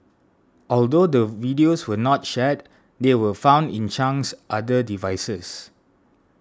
although the videos were not shared they were found in Chang's other devices